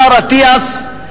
השר אטיאס,